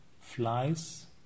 flies